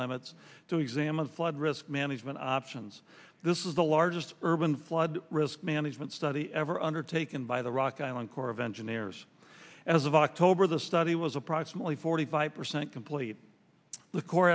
limits to examine flood risk management options this is the largest urban flood risk management study ever undertaken by the rock island corps of engineers as of october the study was approximately forty five percent complete the cor